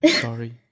Sorry